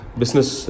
business